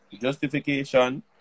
Justification